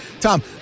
Tom